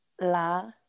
La